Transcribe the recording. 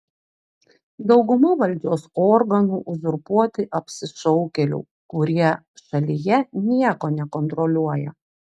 dauguma valdžios organų uzurpuoti apsišaukėlių kurie šalyje nieko nekontroliuoja